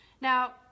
Now